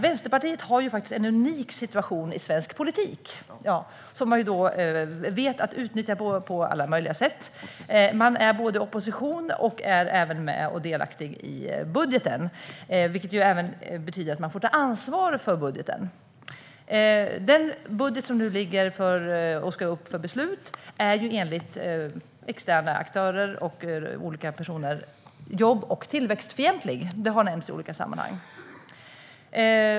Vänsterpartiet har en unik situation i svensk politik som man vet att utnyttja på alla möjliga sätt. Man är både i opposition och delaktig i budgeten, vilket även betyder att man får ta ansvar för budgeten. Den budget som nu ligger och ska upp för beslut är enligt externa aktörer och olika personer jobb och tillväxtfientlig. Det har nämnts i olika sammanhang.